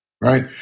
right